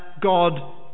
God